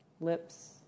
lips